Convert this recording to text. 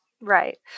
Right